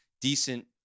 decent